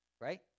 right